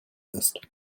ist